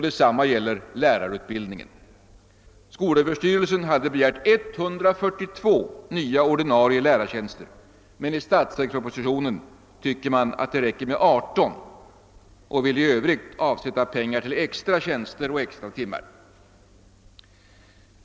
Detsamma gäller lärarutbildningen. Skolöverstyrelsen hade begärt 142 nya ordinarie lärartjänster, men i statsverkspropositionen tycker man att det räcker med 18 och vill i övrigt avsätta pengar till extra tjänster och extra timmar.